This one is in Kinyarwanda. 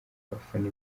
abafana